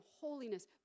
holiness